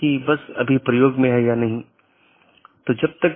तो इस मामले में यह 14 की बात है